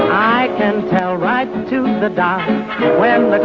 i can tell right to the dark when. but